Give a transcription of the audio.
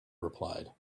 replied